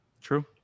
True